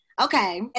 Okay